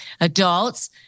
adults